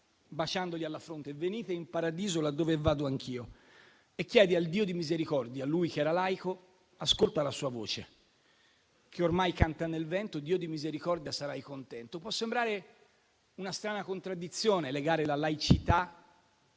baciandoli alla fronte venite in paradiso là dove vado anch'io». E chiede al Dio di misericordia, lui che era laico, «Ascolta la sua voce che ormai canta nel vento. Dio di misericordia vedrai, sarai contento». Può sembrare una strana contraddizione legare la laicità